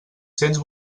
cents